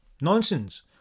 Nonsense